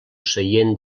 seient